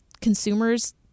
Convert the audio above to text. consumers